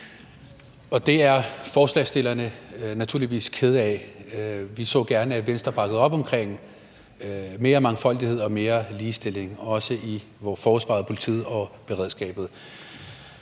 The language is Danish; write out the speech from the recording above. Det er forslagsstillerne naturligvis kede af. Vi så gerne, at Venstre bakkede op omkring mere mangfoldighed og mere ligestilling, også i forsvaret, politiet og beredskabet.